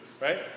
Right